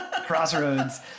Crossroads